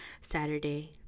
Saturday